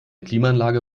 klimaanlage